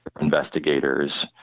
investigators